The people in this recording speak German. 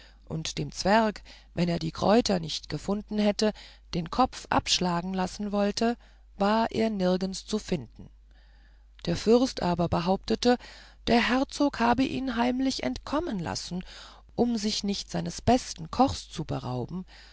und dem zwerg wenn er die kräuter nicht gefunden hätte den kopf abschlagen lassen wollte war er nirgends zu finden der fürst aber behauptete der herzog habe ihn heimlich entkommen lassen um sich nicht seines besten kochs zu berauben